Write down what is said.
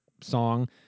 song